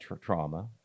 trauma